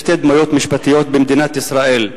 לשתי דמויות משפטיות במדינת ישראל.